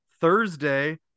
Thursday